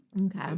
Okay